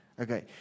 Okay